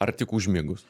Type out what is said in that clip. ar tik užmigus